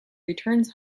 returns